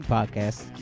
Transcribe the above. Podcast